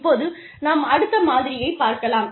இப்போது நாம் அடுத்த மாதிரியைப் பார்க்கலாம்